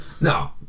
No